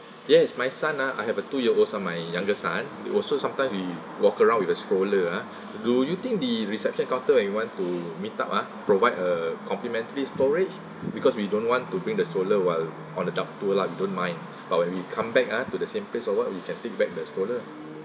yes my son ah I have a two year olds uh my youngest son it was so sometimes we walk around with a stroller ah do you think the reception counter when we want to meet up ah provide a complimentary storage because we don't want to bring the stroller while on the duck tour lah we don't mind but when we come back ah to the same place or what we can take back the stroller